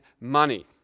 money